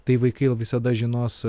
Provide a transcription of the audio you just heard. tai vaikai visada žinos